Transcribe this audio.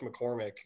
McCormick